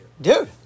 Dude